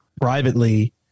Privately